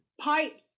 pipe